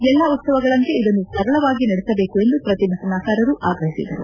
ಎಲ್ಲಾ ಉತ್ಸವಗಳಂತೆ ಇದನ್ನು ಸರಳವಾಗಿ ನಡೆಸಬೇಕು ಎಂದು ಪ್ರತಿಭಟನಾಕಾರರು ಆಗ್ರಹಿಸಿದರು